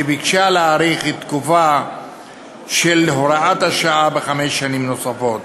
שביקשה להאריך את תוקפה של הוראת השעה בחמש שנים נוספות.